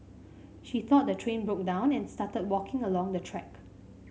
she thought the train broke down and started walking along the track